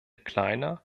kleiner